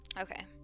Okay